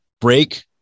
break